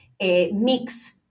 mix